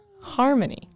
harmony